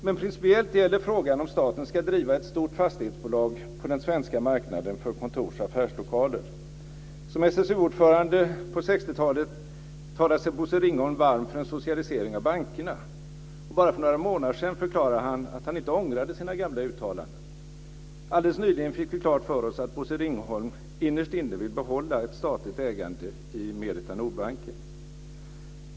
Men principiellt gäller frågan om staten ska driva ett stort fastighetsbolag på den svenska marknaden för kontors och affärslokaler. Som SSU-ordförande på 60-talet talade sig Bosse Ringholm varm för en socialisering av bankerna. Bara för några månader sedan förklarade han att han inte ångrade sina gamla uttalanden. Alldeles nyligen fick vi klart för oss att Bosse Ringholm innerst inne vill behålla ett statligt ägande i Merita Nordbanken.